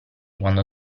quando